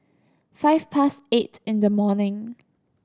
five past eight in the morning